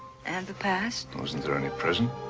and the past. wasn't there any present?